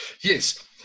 Yes